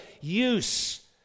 use